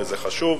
וזה חשוב.